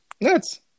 Nuts